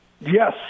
yes